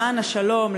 למען השלום,